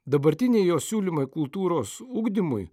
dabartiniai jo siūlymai kultūros ugdymui